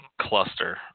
cluster